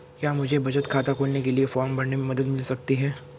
क्या मुझे बचत खाता खोलने के लिए फॉर्म भरने में मदद मिल सकती है?